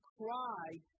cried